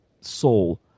soul